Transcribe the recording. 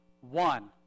one